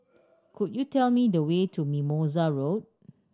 could you tell me the way to Mimosa Road